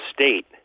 state